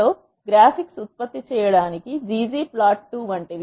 లో అందమైన గ్రాఫిక్స్ ఉత్పత్తి చేయడానికి ggplot2 వంటివి